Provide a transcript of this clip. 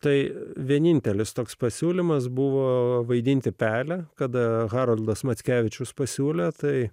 tai vienintelis toks pasiūlymas buvo vaidinti pelę kada haroldas mackevičius pasiūlė tai